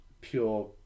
pure